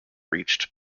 reached